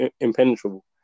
impenetrable